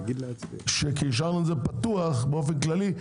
כי השארנו את זה פתוח באופן כללי,